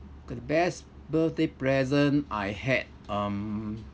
okay the best birthday present I had um